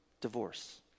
divorce